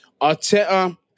Arteta